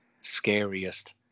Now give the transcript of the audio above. scariest